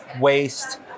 waste